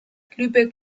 lübeck